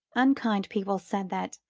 unkind people said that,